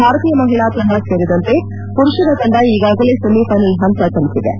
ಭಾರತೀಯ ಮಹಿಳಾ ತಂಡ ಸೇರಿದಂತೆ ಪುರುಷರ ತಂಡ ಈಗಾಗಲೇ ಸೆಮಿಫೈನಲ್ ಹಂತ ತಲುಪಿವೆ